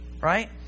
Right